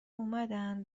اومدن